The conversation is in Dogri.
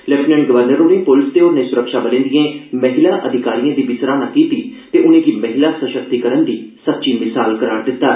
लेफ्टिनेंट गवर्नर होरें पुलस ते होरने सुरक्षाबलें दिए महिला अधिकारिएं दी बी सराहना कीती ते उनें'गी महिला सशक्तिकरण दी सच्ची भिसाल करार दित्ता